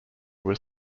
was